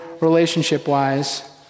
relationship-wise